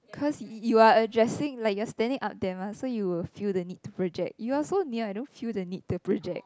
cause you you are addressing like you are standing up there mah so you will feel the need to project you are so near I don't feel the need to project